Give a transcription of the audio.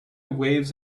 waves